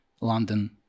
London